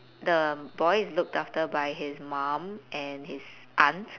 the boy is looked after by his mum and his aunt